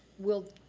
will,